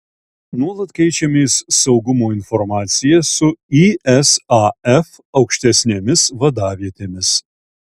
nuolat keičiamės saugumo informacija su isaf aukštesnėmis vadavietėmis